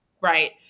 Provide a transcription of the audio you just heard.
Right